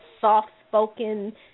soft-spoken